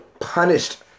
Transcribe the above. punished